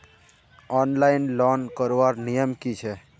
Online loan करवार नियम की छे?